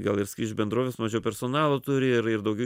gal ir skrydžių bendrovės mažiau personalo turi ir ir daugiau